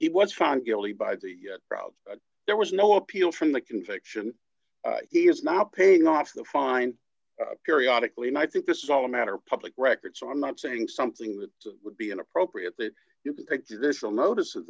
it was found guilty by the crowd there was no appeal from the conviction is not paying off the fine periodical and i think this is all a matter of public record so i'm not saying something that would be inappropriate that you can thank you this will notice of